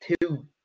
two